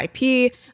IP